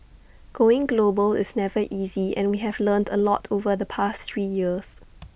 going global is never easy and we have learned A lot over the past three years